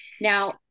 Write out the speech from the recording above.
Now